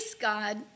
God